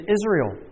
Israel